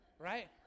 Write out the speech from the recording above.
Right